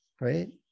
right